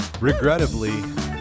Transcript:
Regrettably